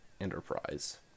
Enterprise